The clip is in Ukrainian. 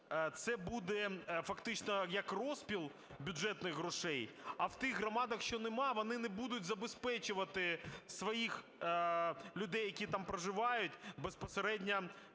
це буде фактично як розпил бюджетних грошей, а в тих громадах, що нема, вони не будуть забезпечувати своїх людей, які там проживають, безпосередньо